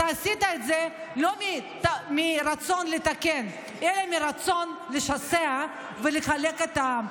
אתה עשית את זה לא מרצון לתקן אלא מרצון לשסע ולחלק את העם,